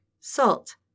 Salt